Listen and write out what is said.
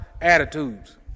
attitudes